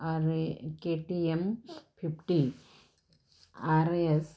R A K T M fifty R A S